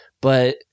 but-